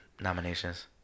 nominations